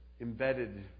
embedded